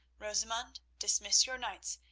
rosamund, dismiss your knights,